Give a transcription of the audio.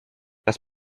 das